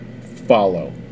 follow